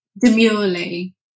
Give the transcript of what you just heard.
demurely